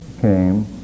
came